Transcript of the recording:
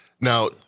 Now